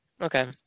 Okay